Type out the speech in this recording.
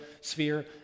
sphere